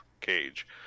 cage